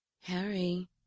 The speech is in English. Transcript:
Harry